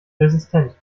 resistent